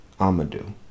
amadou